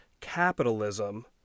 capitalism